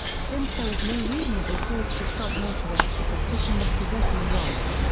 since there is no reasonable cause to stop motorist for suspicion of possessing drugs,